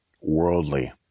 worldly